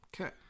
Okay